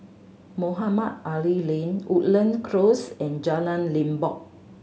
Mohamed Ali Lane Woodland Close and Jalan Limbok